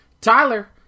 Tyler